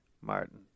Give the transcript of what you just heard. Martin